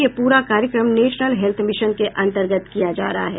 यह प्ररा कार्यक्रम नेशनल हेल्थ मिशन के अन्तर्गत किया जा रहा है